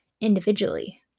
individually